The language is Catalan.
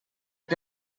que